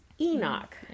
Enoch